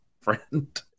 friend